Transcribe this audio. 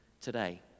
today